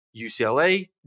UCLA